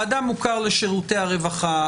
האדם מוכר לשירותי הרווחה,